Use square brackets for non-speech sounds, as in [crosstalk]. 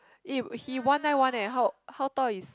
[breath] eh he one nine one leh how how tall is